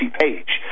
page